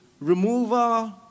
removal